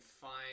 find